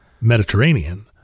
Mediterranean